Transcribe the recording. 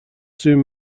soon